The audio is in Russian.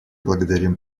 благодарим